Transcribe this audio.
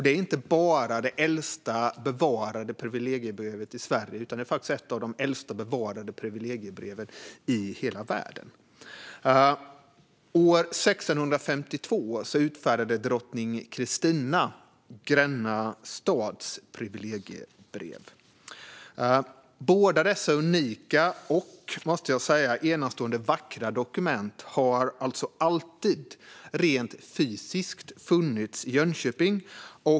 Det är inte bara det äldsta bevarade privilegiebrevet i Sverige, utan det är ett av de äldsta bevarade privilegiebreven i hela världen. År 1652 utfärdade drottning Kristina Gränna stads privilegiebrev. Båda dessa unika och enastående vackra dokument har alltid rent fysiskt funnits i Jönköping.